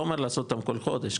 לא אומר לעשות אותם כל חודש,